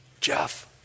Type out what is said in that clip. Jeff